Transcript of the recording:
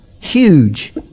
huge